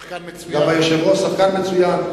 שחקן מצוין.